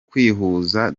kwihuza